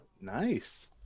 Nice